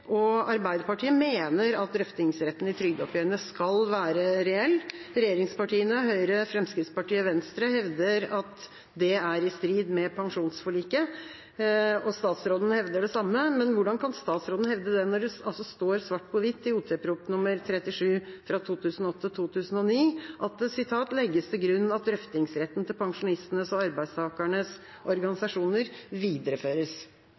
og Arbeiderpartiet mener at drøftingsretten i trygdeoppgjørene skal være reell. Regjeringspartiene, Høyre, Fremskrittspartiet og Venstre, hevder at det er i strid med pensjonsforliket, og statsråden hevder det samme. Men hvordan kan statsråden hevde det, når det står svart på hvitt i Ot. prp. nr. 37 for 2008–2009 at det blir «lagt til grunn at drøftingsretten til pensjonistenes og arbeidstakernes organisasjoner videreføres»?